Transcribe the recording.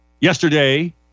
Yesterday